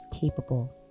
capable